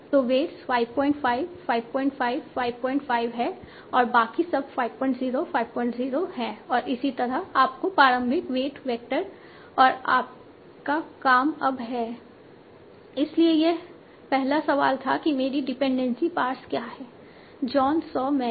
तो वेट्स 55 55 55 है और बाकी सब 50 50 है और इसी तरह आपका प्रारंभिक वेट वेक्टर है और आपका काम अब है इसलिए यह पहला सवाल था कि मेरी डिपेंडेंसी पार्स क्या है जॉन सॉ मैरी